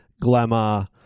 glamour